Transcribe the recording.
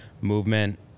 movement